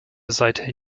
seither